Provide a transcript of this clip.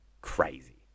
crazy